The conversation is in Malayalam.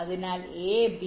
അതിനാൽ A B